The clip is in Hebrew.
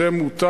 זה מותר.